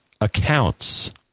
accounts